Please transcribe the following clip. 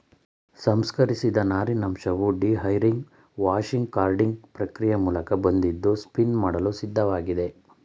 ಸಂಸ್ಕರಿಸಿದ ನಾರಿನಂಶವು dehairing washing carding ಪ್ರಕ್ರಿಯೆ ಮೂಲಕ ಬಂದಿದ್ದು ಸ್ಪಿನ್ ಮಾಡಲು ಸಿದ್ಧವಾಗಿದೆ